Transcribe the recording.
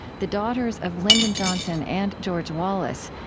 the daughters of lyndon johnson and george wallace,